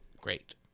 great